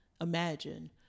imagine